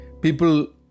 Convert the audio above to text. people